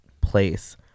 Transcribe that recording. place